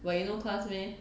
but you know class meh